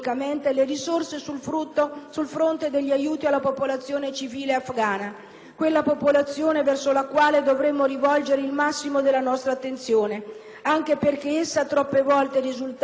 quella popolazione verso la quale dovremmo rivolgere il massimo della nostra attenzione, anche perché essa, troppe volte, è risultata vittima innocente degli insulti delle armi.